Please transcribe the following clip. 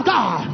God